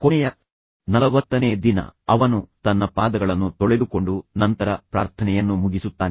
ಕೊನೆಯ ನಲವತ್ತನೇ ದಿನ ಅವನು ತನ್ನ ಪಾದಗಳನ್ನು ತೊಳೆದುಕೊಂಡು ನಂತರ ಪ್ರಾರ್ಥನೆಯನ್ನು ಮುಗಿಸುತ್ತಾನೆ